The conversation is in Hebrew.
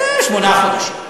שמונה חודשים.